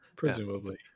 Presumably